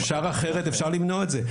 אפשר אחרת, אפשר למנוע את זה.